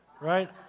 right